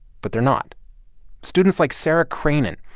but they're not students like sarah krainin.